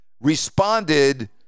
responded